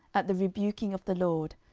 at the rebuking of the lord,